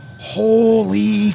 Holy